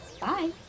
Bye